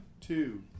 two